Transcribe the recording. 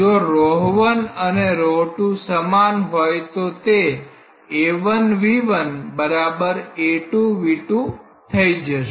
જો અને સમાન હોય તો તે A1V1 A2V2 થઈ જશે